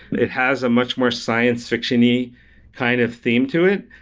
it has a much more science-fictiony kind of theme to it.